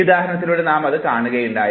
ഈ ഉദാഹരണത്തിലൂടെ നാം അത് കാണുകയുണ്ടായി